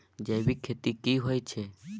जैविक खेती की होए छै?